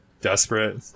desperate